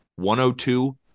102